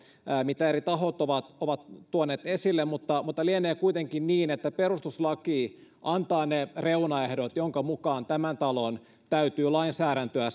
mitä eri tahot ovat ovat tuoneet esille mutta mutta lienee kuitenkin niin että perustuslaki antaa ne reunaehdot joiden mukaan tämän talon täytyy lainsäädäntöä